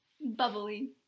bubbly